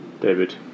David